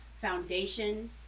foundation